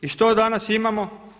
I što danas imamo?